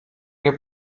che